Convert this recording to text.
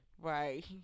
Right